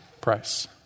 price